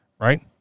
right